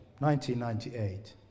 1998